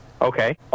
Okay